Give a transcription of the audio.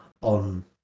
on